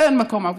אין מקום עבודה.